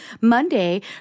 monday